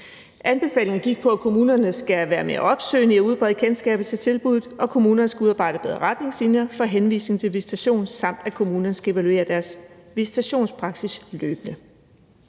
Anbefalingen går på, at kommunerne skal være mere opsøgende i at udbrede kendskabet til tilbuddet, at kommunerne skal udarbejde bedre retningslinjer for henvisning til visitation, samt at kommunerne løbende skal evaluere deres visitationspraksis.